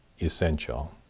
essential